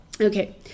Okay